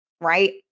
right